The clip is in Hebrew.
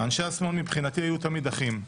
אנשי השמאל מבחינתי היו תמיד אחים.